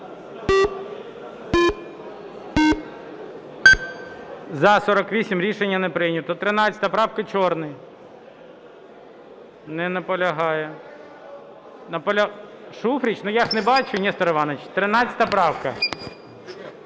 За-48 Рішення не прийнято. 13 правка, Чорний. Не наполягає. Шуфрич? Я ж не бачу, Нестор Іванович. 13 правка.